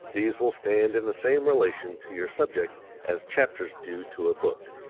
these will stand in the same relation to your subject as chapters do to a book.